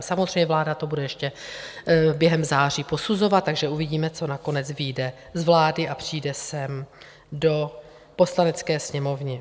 Samozřejmě, vláda to bude ještě během září posuzovat, takže uvidíme, co nakonec vyjde z vlády a přijde sem do Poslanecké sněmovny.